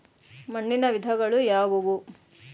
ಮಣ್ಣಿನ ವಿಧಗಳು ಯಾವುವು?